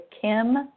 kim